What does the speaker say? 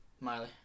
Miley